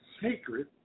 sacred